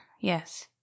yes